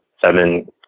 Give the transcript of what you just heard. seven